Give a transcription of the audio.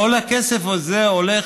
כל הכסף הזה הולך